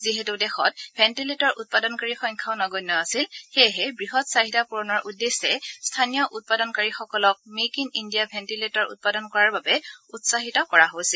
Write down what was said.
যিহেতু দেশত ভেণ্টিলেটৰ উৎপাদনকাৰীৰ সংখ্যাও নগণ্য আছিল সেয়েহে বৃহৎ চাহিদা পুৰণৰ উদ্দেশ্যে স্থানীয় উৎপাদনকাৰীসকলক মেক ইন ইণ্ডিয়া ভেণ্টিলেটৰ উৎপাদন কৰাৰ বাবে উৎসাহিত কৰা হৈছিল